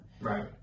Right